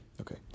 Okay